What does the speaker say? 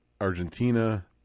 Argentina